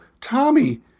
Tommy